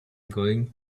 going